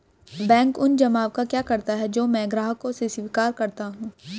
Bank उन जमाव का क्या करता है जो मैं ग्राहकों से स्वीकार करता हूँ?